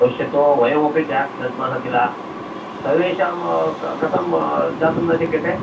पश्यतु वयमपि टेक्स् दद्मः किल सर्वेषां कथं दातुं न शक्यते